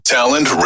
Talent